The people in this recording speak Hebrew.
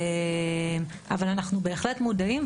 אבל אנחנו בהחלט מודעים,